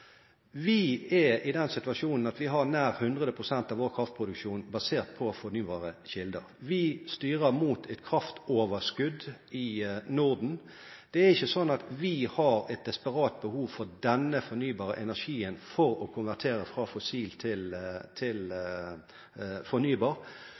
Vi er i den situasjonen at vi har nær 100 pst. av vår kraftproduksjon basert på fornybare kilder. Vi styrer mot et kraftoverskudd i Norden. Det er ikke sånn at vi har et desperat behov for denne fornybare energien for å konvertere fra fossil til